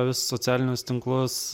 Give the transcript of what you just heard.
vis socialinius tinklus